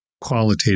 qualitative